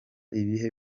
ibihe